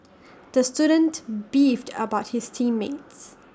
the student beefed about his team mates